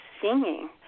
singing